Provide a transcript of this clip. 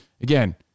again